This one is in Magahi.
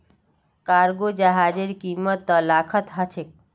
कार्गो जहाजेर कीमत त लाखत ह छेक